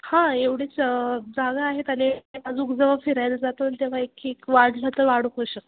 हां एवढीच जागा आहे आणि अजून जव फिरायला जातो न तेव्हा एक एक वाढलं तर वाढवू शकतो